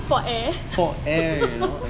for air